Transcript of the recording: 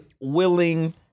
willing